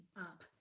up